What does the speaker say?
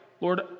Lord